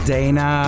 Dana